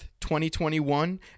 2021